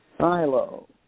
Silo